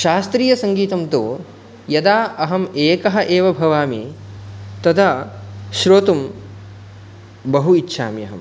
शास्त्रीयसङ्गीतं तु यदा अहम् एकः एव भवामि तदा श्रोतुं बहु इच्छामि अहं